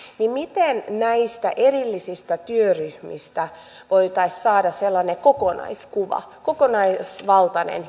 miten näistä erillisistä työryhmistä voitaisiin saada sellainen kokonaiskuva kokonaisvaltainen